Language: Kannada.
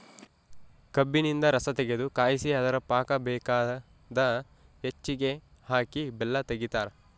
ಕಬ್ಬಿನಿಂದ ರಸತಗೆದು ಕಾಯಿಸಿ ಅದರ ಪಾಕ ಬೇಕಾದ ಹೆಚ್ಚಿಗೆ ಹಾಕಿ ಬೆಲ್ಲ ತೆಗಿತಾರ